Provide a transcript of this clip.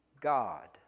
God